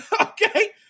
Okay